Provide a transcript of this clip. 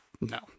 No